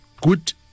good